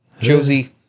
Josie